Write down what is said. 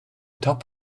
top